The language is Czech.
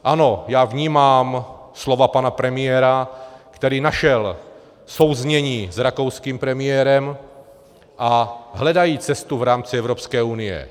Ano, já vnímám slova pana premiéra, který našel souznění s rakouským premiérem, a hledají cestu v rámci Evropské unie.